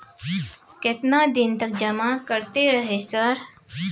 केतना दिन तक जमा करते रहे सर?